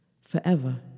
forever